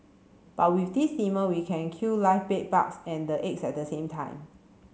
but with this steamer we can kill live bed bugs and the eggs at the same time